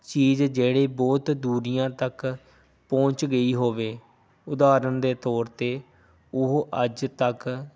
ਚੀਜ਼ ਜਿਹੜੇ ਬਹੁਤ ਦੂਰੀਆਂ ਤੱਕ ਪਹੁੰਚ ਗਈ ਹੋਵੇ ਉਦਾਹਰਨ ਦੇ ਤੌਰ 'ਤੇ ਉਹ ਅੱਜ ਤੱਕ